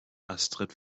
astrid